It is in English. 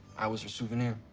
i was her souvenir.